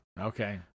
Okay